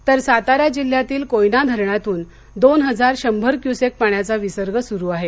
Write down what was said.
तर सातारा जिल्ह्यातील कोयना धरणातून दोन हजार शंभर क्युसेक्स पाण्याचा विसर्ग सुरू आहे